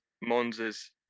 Monza's